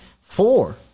four